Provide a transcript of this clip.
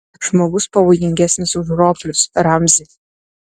žmogus pavojingesnis už roplius ramzi